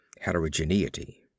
heterogeneity